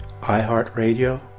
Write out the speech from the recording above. iHeartRadio